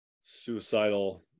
suicidal